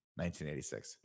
1986